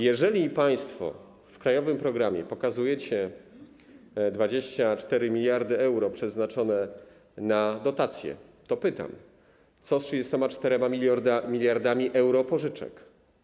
Jeżeli państwo w krajowym programie pokazujecie 24 mld euro przeznaczone na dotacje, to pytam, co z 34 mld euro pożyczek?